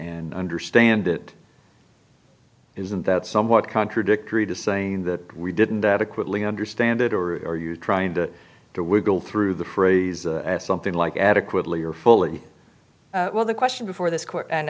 i understand that isn't that somewhat contradictory to saying that we didn't adequately understand it or are you trying to do we go through the phrase something like adequately or fully well the question before this court and